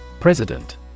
President